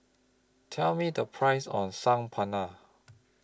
Tell Me The Price of Saag Paneer